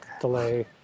delay